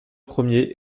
premiers